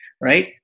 right